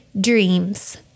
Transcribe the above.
dreams